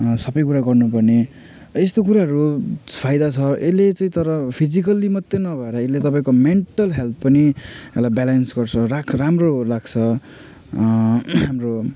सबै कुरा गर्नु पर्ने यस्तो कुराहरू फाइदा छ यसले चाहिँ तर फिजिकल्ली मात्रै नभएर यसले तपाईँको मेन्टल हेल्थ पनि यसले ब्यालेन्स गर्छ राख राम्रो राख्छ हाम्रो